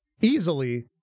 Easily